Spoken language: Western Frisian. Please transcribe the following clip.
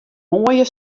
moaie